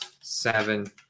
seven